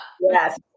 Yes